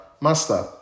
Master